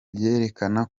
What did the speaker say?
byerekana